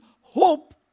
hope